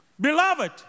Beloved